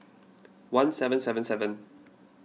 one seven seven seven